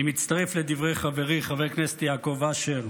אני מצטרף לדברי חברי חבר הכנסת יעקב אשר